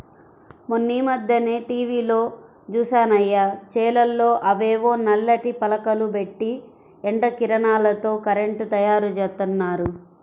మొన్నీమధ్యనే టీవీలో జూశానయ్య, చేలల్లో అవేవో నల్లటి పలకలు బెట్టి ఎండ కిరణాలతో కరెంటు తయ్యారుజేత్తన్నారు